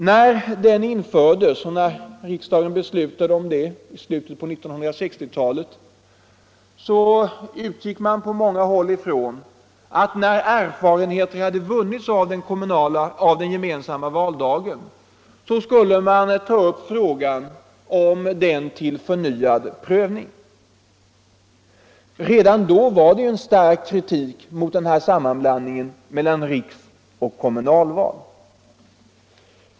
När riksdagen i slutet på 1960-talet beslöt införa den utgick man på många håll från att när erfarenheter hade vunnits av den gemensamma valdagen skulle frågan tas upp till förnyad prövning. Redan då fanns det stark kritik mot sammanblandningen av riksoch kommunalval.